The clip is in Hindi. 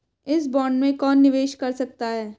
इस बॉन्ड में कौन निवेश कर सकता है?